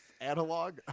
analog